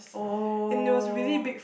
oh